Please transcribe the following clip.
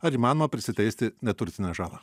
ar įmanoma prisiteisti neturtinę žalą